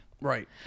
Right